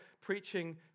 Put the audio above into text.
preaching